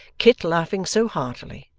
kit laughing so heartily,